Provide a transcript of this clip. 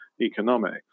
economics